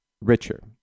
richer